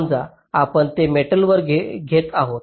समजा आपण ते मेटलवर घेत आहोत